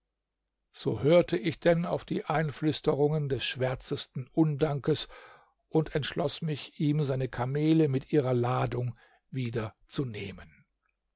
so hörte ich denn auf die einflüsterungen des schwärzesten undankes und entschloß mich ihm seine kamele mit ihrer ladung wieder zu nehmen